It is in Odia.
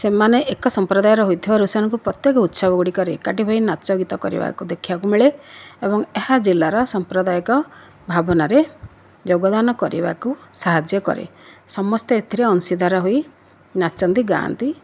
ସେମାନେ ଏକ ସମ୍ପ୍ରଦାୟର ହୋଇଥିବାରୁ ସେମାନଙ୍କ ପ୍ରତ୍ୟେକ ଉତ୍ସବଗୁଡ଼ିକରେ ଏକାଠି ହୋଇ ନାଚଗୀତ କରିବାକୁ ଦେଖିବାକୁ ମିଳେ ଏବଂ ଏହା ଜିଲ୍ଲାର ସମ୍ପ୍ରଦାୟିକ ଭାବନାରେ ଯୋଗଦାନ କରିବାକୁ ସାହାଯ୍ୟ କରେ ସମସ୍ତେ ଏଥିରେ ଅଂଶୀଦାର ହୋଇ ନାଚନ୍ତି ଗାଆନ୍ତି